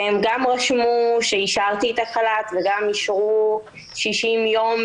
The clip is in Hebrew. הם רשמו שאישרתי את החל"ת וגם אישרו 60 ימים